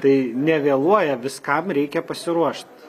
tai nevėluoja viskam reikia pasiruošt